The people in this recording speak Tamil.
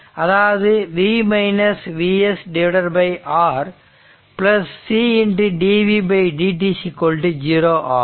அதாவது V V s R c d v d t 0 ஆகும்